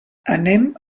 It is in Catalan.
anem